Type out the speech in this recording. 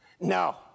No